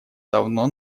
давно